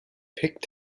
picked